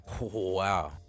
wow